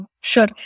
Sure